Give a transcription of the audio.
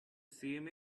same